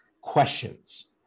questions